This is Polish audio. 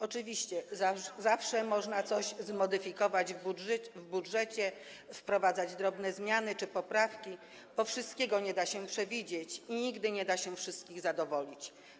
Oczywiście, zawsze można coś zmodyfikować w budżecie, wprowadzać drobne zmiany czy poprawki, bo wszystkiego nie da się przewidzieć i nigdy nie da się wszystkich zadowolić.